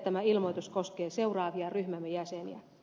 tämä ilmoitus koskee seuraavia ryhmämme jäseniä